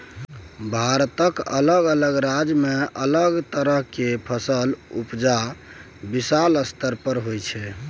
भारतक अलग अलग राज्य में अलग तरह केर फसलक उपजा विशाल स्तर पर होइ छै